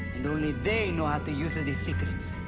and only they know how to use the secrets.